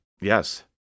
Yes